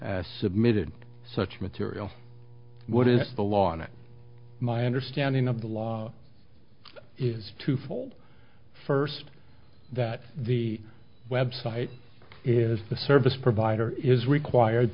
submitted such material what is the law on it my understanding of the law is twofold first that the website is the service provider is required